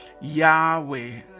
yahweh